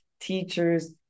teachers